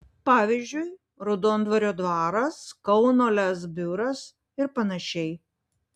pavyzdžiui raudondvario dvaras kauno lez biuras ir panašiai